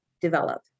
develop